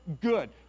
good